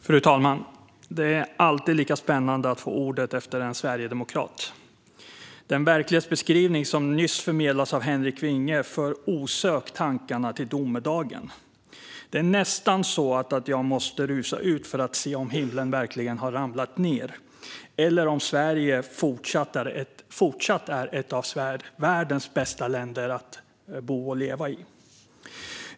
Fru talman! Det är alltid lika spännande att få ordet efter en sverigedemokrat. Den verklighetsbeskrivning som nyss förmedlades av Henrik Vinge för osökt tankarna till domedagen. Det är nästan så att jag måste rusa ut för att se om himlen verkligen har ramlat ned eller om Sverige fortsatt är ett av världens bästa länder att bo och leva i.